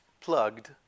plugged